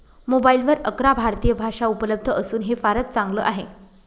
मोबाईलवर अकरा भारतीय भाषा उपलब्ध असून हे फारच चांगल आहे